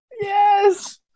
yes